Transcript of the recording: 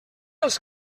els